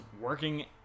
working